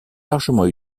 largement